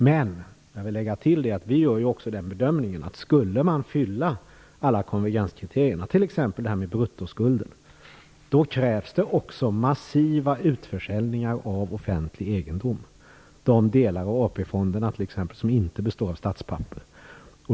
Men vi gör också bedömningen att skulle alla konvergenskriterier uppfyllas, t.ex. när det gäller bruttoskulden, krävs det massiva utförsäljningar av offentlig egendom, exempelvis de delar av AP fonderna som inte består av statspapper.